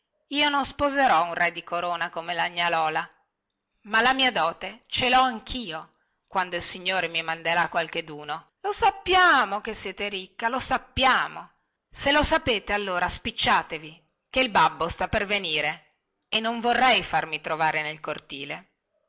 io non sposerò un re di corona come la gnà lola ma la mia dote ce lho anchio quando il signore mi manderà qualcheduno lo sappiamo che siete ricca lo sappiamo se lo sapete allora spicciatevi chè il babbo sta per venire e non vorrei farmi trovare nel cortile